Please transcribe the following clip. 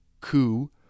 coup